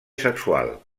sexual